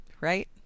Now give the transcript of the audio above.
right